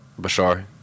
Bashar